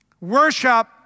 Worship